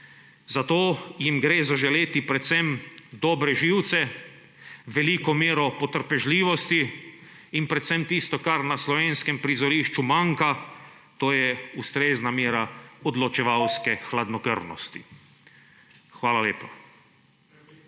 zato jim gre zaželeti predvsem dobre živce, veliko mero potrpežljivosti in predvsem tisto, kar na slovenskem prizorišču manjka, to je ustrezna mera odločevalske hladnokrvnosti. Hvala lepa.